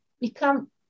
become